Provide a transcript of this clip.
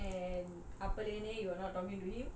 and அப்புறம் ஏன்:appuram yaen you were not talking to him